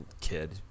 kid